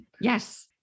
Yes